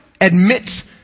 admit